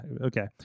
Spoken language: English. okay